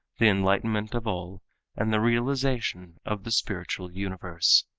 the enlightenment of all and the realization of the spiritual universe.